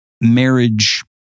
marriage